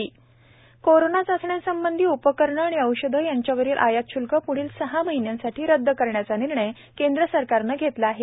आयात श्ल्क कोरोना चाचण्यांसंबंधी उपकरणं आणि औषधं यांच्यावरील आयात श्ल्क प्ढील सहा महिन्यांसाठी रदद करण्याचा निर्णय केंद्र सरकारनं घेतला आहे